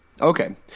Okay